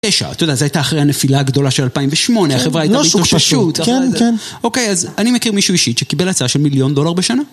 אתה יודע זה הייתה אחרי הנפילה הגדולה של 2008, החברה הייתה בהתאוששות אחרי זה. כן, כן. אוקיי, אז אני מכיר מישהו אישית שקיבל הצעה של מיליון דולר בשנה?